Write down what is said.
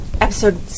episode